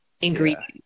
ingredients